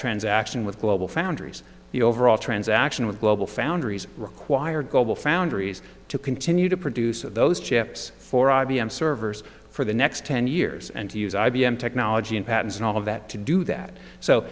transaction with global foundries the overall transaction with global foundries required global foundries to continue to produce those chips for i b m servers for the next ten years and to use i b m technology and patents and all of that to do that so